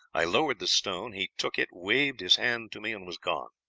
i lowered the stone he took it, waved his hand to me, and was gone.